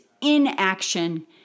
inaction